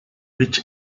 which